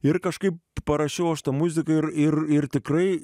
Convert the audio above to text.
ir kažkaip parašiau aš tą muziką ir ir ir tikrai